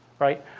right?